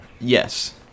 Yes